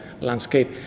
landscape